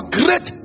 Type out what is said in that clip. great